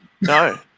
No